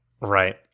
right